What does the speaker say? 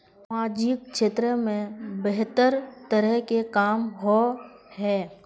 सामाजिक क्षेत्र में बेहतर तरह के काम होय है?